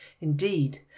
indeed